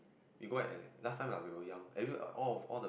we go at last time when we were young every all of all